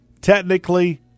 Technically